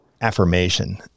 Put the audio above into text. affirmation